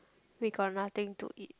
we got nothing to eat